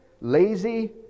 lazy